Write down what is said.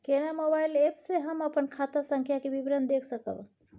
केना mobile app से हम अपन खाता संख्या के विवरण देख सकब?